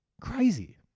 Crazy